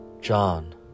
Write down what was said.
John